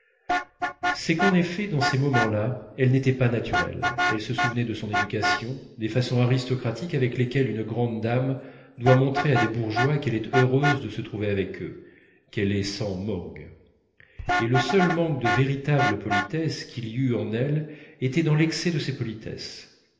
c'est qu'en effet dans ces moments-là elle n'était pas naturelle elle se souvenait de son éducation des façons aristocratiques avec lesquelles une grande dame doit montrer à des bourgeois qu'elle est heureuse de se trouver avec eux qu'elle est sans morgue et le seul manque de véritable politesse qu'il y eût en elle était dans l'excès de ses politesses